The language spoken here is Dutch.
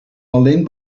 alleen